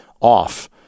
off